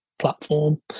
platform